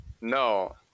No